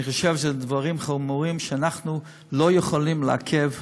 אני חושב שאלה דברים חמורים שאנחנו לא יכולים לעכב,